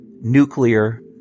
nuclear